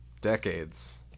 decades